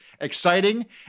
exciting